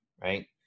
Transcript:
right